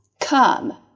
come